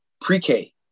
pre-K